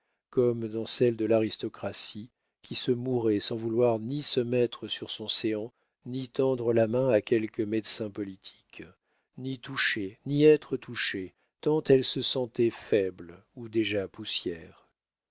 comme dans celle de l'aristocratie qui se mourait sans vouloir ni se mettre sur son séant ni tendre la main à quelque médecin politique ni toucher ni être touchée tant elle se sentait faible ou déjà poussière